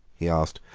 he asked,